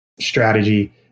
strategy